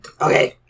Okay